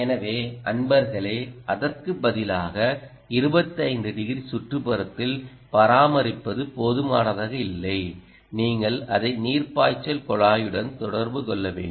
எனவே அன்பர்களே அதற்கு பதிலாக 25 டிகிரி சுற்றுப்புறத்தில் பராமரிப்பது போதுமானதாக இல்லை நீங்கள் அதை நீர் பாய்ச்சல் குழாயுடன் தொடர்பு கொள்ள வேண்டும்